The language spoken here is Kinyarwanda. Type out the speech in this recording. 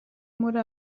muri